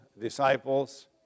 disciples